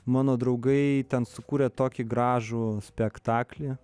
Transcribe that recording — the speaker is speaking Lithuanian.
mano draugai ten sukūrė tokį gražų spektaklį